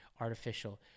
artificial